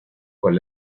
con